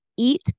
eat